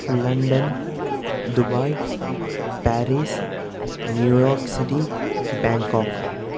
London Dubai Paris New York city Bangkok